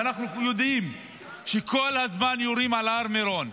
ואנחנו יודעים שכל הזמן יורים על הר מירון,